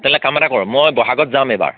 তেতিয়া হ'লে কাম এটা কৰোঁ মই ব'হাগত যাম এবাৰ